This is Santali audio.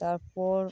ᱛᱟᱯᱚᱨ